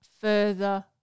further